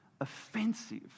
offensive